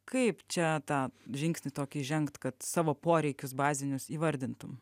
kaip čia tą žingsnį tokį žengt kad savo poreikius bazinius įvardintum